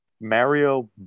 Mario